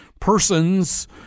persons